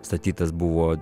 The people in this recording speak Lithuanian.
statytas buvo